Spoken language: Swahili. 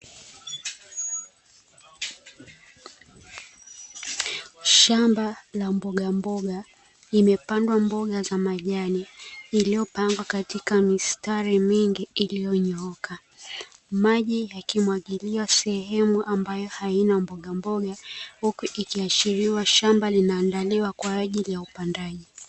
Shamba la mbogamboga imepandwa mboga za majani, iliyopangwa katika mistari mingi iliyonyooka. Maji yakimwagiliwa sehemu ambayo haina mbogamboga, huku ikiashiriwa shamba linaandaliwa kwa ajili ya upandaji.